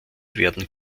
werden